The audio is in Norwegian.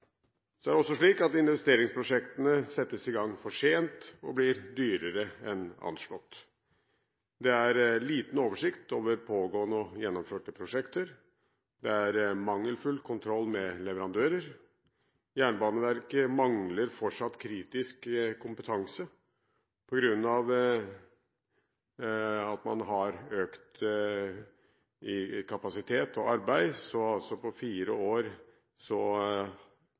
er også slik at investeringsprosjektene settes i gang for sent og blir dyrere enn anslått. Det er liten oversikt over pågående og gjennomførte prosjekter, det er mangelfull kontroll med leverandører, Jernbaneverket mangler fortsatt kritisk kompetanse på grunn av at man har økt kapasitet og arbeid – altså burde det på fire år